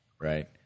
Right